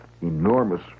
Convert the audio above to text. enormous